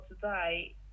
today